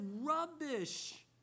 rubbish